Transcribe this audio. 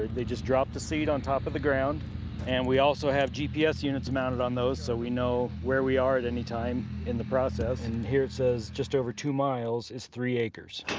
they just drop the seed on top of the ground and we also have gps units mounted on those so we know where we are at any time in the process, and here it says just over two miles is three acres.